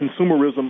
consumerism